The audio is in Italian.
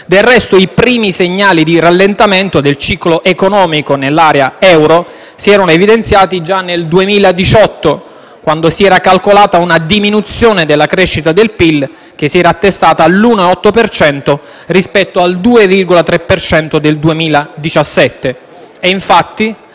Del resto, i primi segnali di rallentamento del ciclo economico nell'area euro si erano evidenziati già nel 2018, quando si era calcolata una diminuzione della crescita del PIL, che si era attestata all'1,8 per cento rispetto al 2,3 per cento del 2017. Infatti,